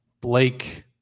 Blake